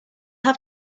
have